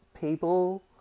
people